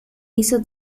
hizo